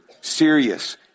serious